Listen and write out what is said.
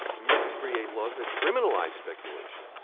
we need to create laws that criminalize speculation,